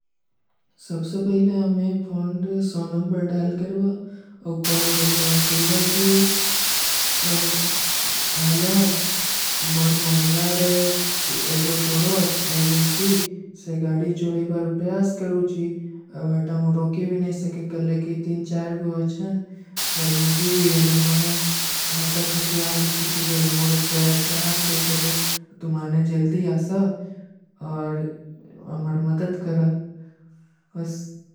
ସବସେ ପହିଲେ ଆମେ ଫୋନ୍ଡ ସୋନମ୍ବର ଡାଯଲ କରଵା, ଔଁ କଲ କରଵା, ଔଁ କହୀବା କୀ ହଲୋ, ମୌର ମହୁଲାରେ ଏକୋ ଚୋରୋ ଆଈ ଜାଈଚୀ, ସେ ଗାଡୀ ଚୁରାଈବାର ଉପ୍ଯାସ କରୂଚୀ, ଵହତା ମୁଝେ ରୋକୀ ଭୀ ନହୀଂ ସକେ, କଲେ କୀ ତୀନ ଚାର ଗୋ ଅଚ୍ଛନ, ଅଗର ମୁଝେ ଭୀ ଏଲେ, ମୈଂନେ ଏକ ହାତକ ହତିଯାର ରଖୀ ଥୀ ବେଲେ, ମୂର ଉପରେ ପ୍ରହାର କର ଦେଵେ, ତୁମାନେ ଜଲ୍ଦୀ ଆସା, ଔର ଅମର ମଦଦ କରା, ଵସ।